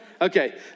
Okay